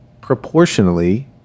proportionally